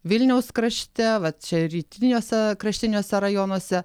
vilniaus krašte vat čia rytiniuose kraštiniuose rajonuose